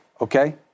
Okay